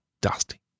dusty